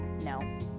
No